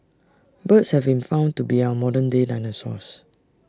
birds have been found to be our modern day dinosaurs